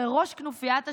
הרי ראש כנופיית השלטון,